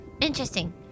interesting